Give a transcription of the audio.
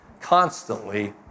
constantly